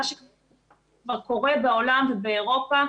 מה שכבר קורה בעולם ובאירופה,